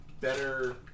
better